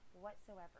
whatsoever